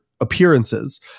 appearances